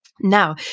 Now